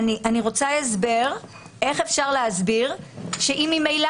אני רוצה הסבר לגבי השאלה איך אפשר להסביר שאם ממילא